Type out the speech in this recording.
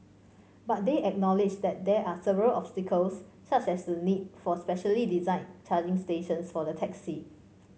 but they acknowledged that there are several obstacles such as the need for specially designed charging stations for the taxi